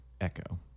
echo